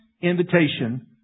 invitation